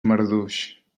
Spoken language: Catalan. marduix